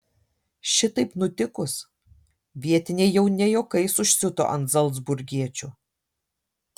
šitaip nutikus vietiniai jau ne juokais užsiuto ant zalcburgiečių